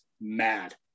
mad